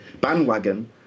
bandwagon